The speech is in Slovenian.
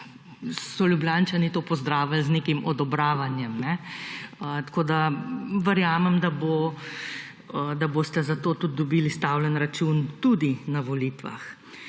so Ljubljančani to pozdravili z nekim odobravanjem. Tako da verjamem, da boste za to tudi dobili izstavljen račun tudi na volitvah.